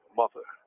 mother